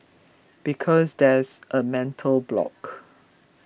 because there's a mental block